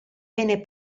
bene